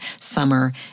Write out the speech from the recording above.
summer